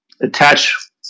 attach